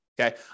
Okay